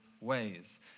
ways